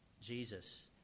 Jesus